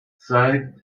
zeigt